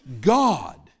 God